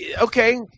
okay